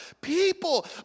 people